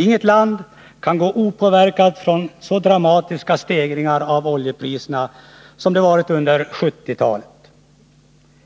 Inget land kan gå opåverkat från så dramatiska stegringar av oljepriserna som förekommit under 1970-talet.